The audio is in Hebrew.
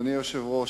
אדוני היושב-ראש,